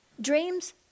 Dreams